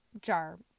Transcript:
jar